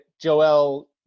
Joel –